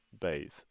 bathe